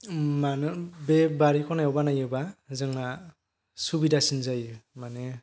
मानो बे बारि खनायाव बानायोबा जोंना सुबिदासिन जायो माने